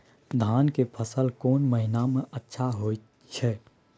धान के फसल कोन महिना में अच्छा होय छै?